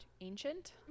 ancient